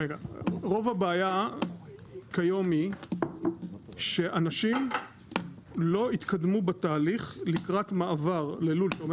רוב הבעיה כיום היא שאנשים לא התקדמו בתהליך לקראת מעבר ללול שעומד